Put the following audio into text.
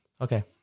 Okay